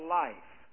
life